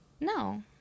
no